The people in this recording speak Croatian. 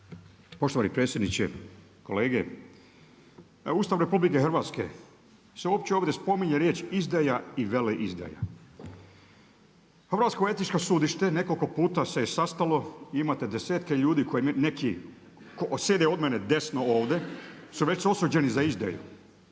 Poštovani predsjedniče, kolege. Ustav RH, jel' se uopće ovdje riječ izdaja i veleizdaja? Hrvatsko etičko sudište nekoliko puta se je sastalo i imate desetke ljudi od kojih neki sjede od mene desno ovdje su već osuđeni za izdaju